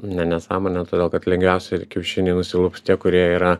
ne nesąmonė todėl kad lengviausia kiaušiniai nusilups tie kurie yra